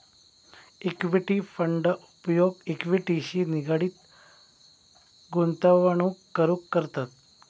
equity fund उपयोग इक्विटीशी निगडीत गुंतवणूक करूक करतत